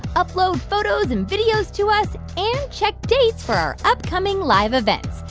upload photos and videos to us and check dates for our upcoming live events.